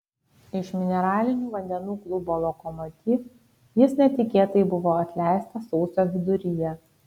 iš mineralinių vandenų klubo lokomotiv jis netikėtai buvo atleistas sausio viduryje